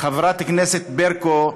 חברת הכנסת ברקו,